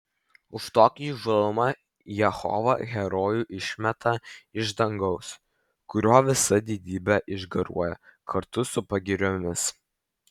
už tokį įžūlumą jehova herojų išmeta iš dangaus kurio visa didybė išgaruoja kartu su pagiriomis